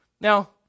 Now